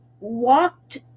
walked